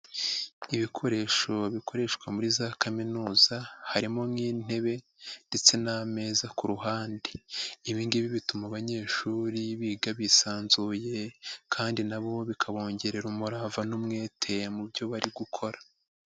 Ibikoresho bikoreshwa muri za kaminuza harimo nk'intebe ndetse n'amezaza ku ruhande, ibingibi bituma abanyeshuri biga bisanzuye kandi nabo bikabongerera umurava n'umwete mu byo bari gukora.